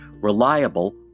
reliable